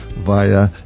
via